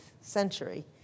century